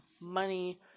money